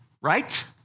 right